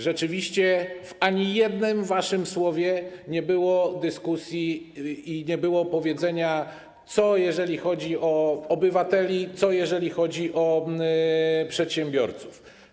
Rzeczywiście w ani jednym waszym słowie nie było dyskusji i nie było powiedziane, co jeżeli chodzi o obywateli, co jeżeli chodzi o przedsiębiorców.